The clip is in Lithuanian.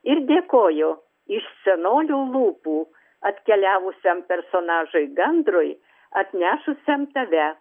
ir dėkoju iš senolių lūpų atkeliavusiam personažui gandrui atnešusiam tave